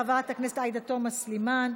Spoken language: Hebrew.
חברת הכנסת עאידה תומא סלימאן,